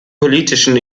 politischen